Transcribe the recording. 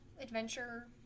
adventure